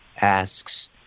asks